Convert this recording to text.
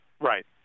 Right